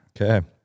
Okay